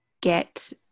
get